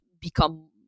become